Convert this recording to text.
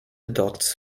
dots